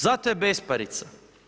Zato je besparica.